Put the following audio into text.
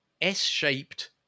s-shaped